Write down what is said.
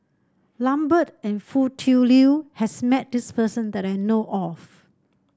Lambert and Foo Tui Liew has met this person that I know of